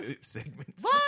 segments